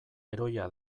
heroia